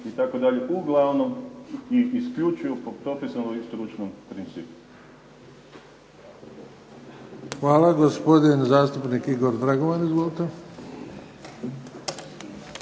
itd., uglavnom ih isključuju po propisanom i stručnom principu. **Bebić, Luka (HDZ)** Hvala. Gospodin zastupnik Igor Dragovan, izvolite.